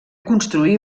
construir